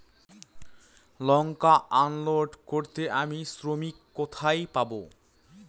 লঙ্কা unload করতে আমি শ্রমিক কোথায় পাবো?